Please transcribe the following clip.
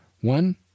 One